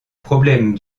problème